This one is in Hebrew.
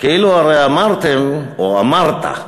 הרי כאילו אמרתם או אמרת,